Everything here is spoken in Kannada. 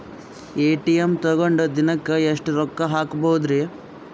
ಎ.ಟಿ.ಎಂ ತಗೊಂಡ್ ದಿನಕ್ಕೆ ಎಷ್ಟ್ ರೊಕ್ಕ ಹಾಕ್ಬೊದ್ರಿ?